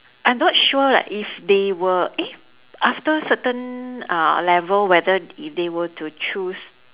I'm not sure leh if they were eh after certain uh level whether if they were to choose